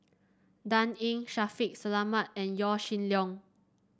Dan Ying Shaffiq Selamat and Yaw Shin Leong